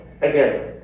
again